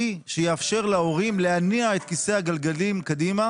שיאפשר להורים להניע את כיסא הגלגלים קדימה,